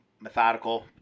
methodical